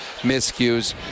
miscues